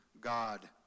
God